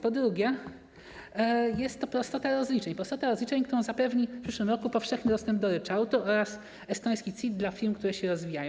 Po drugie, jest to prostota rozliczeń - prostota rozliczeń, którą zapewni w przyszłym roku powszechny dostęp do ryczałtu oraz estoński CIT dla firm, które się rozwijają.